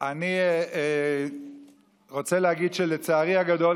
אני רוצה להגיד שלצערי הגדול,